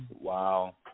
Wow